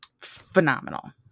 phenomenal